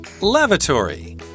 Lavatory